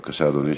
בבקשה, אדוני.